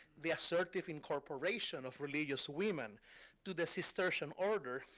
the assertive incorporation of religious women to the cistercian order,